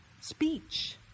speech